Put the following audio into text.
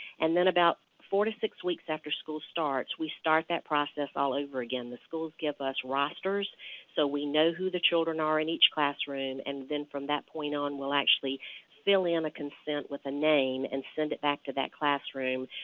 and then about four to six weeks after school starts, we start that process all over again. the schools give us rosters so we know who the children are in each classroom, and then from that point on we will actually fill in a consent with a name and send it back to that classroom,